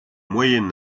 moyen